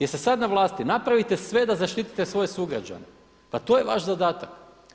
Jeste sada na vlasti, napravite sve da zaštitite svoje sugrađane, pa to je vaš zadatak.